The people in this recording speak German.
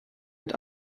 mit